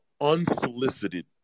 unsolicited